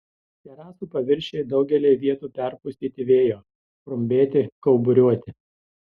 terasų paviršiai daugelyje vietų perpustyti vėjo rumbėti kauburiuoti